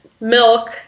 milk